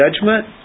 judgment